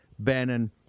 Bannon